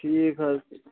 ٹھیٖک حظ